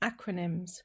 Acronyms